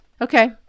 Okay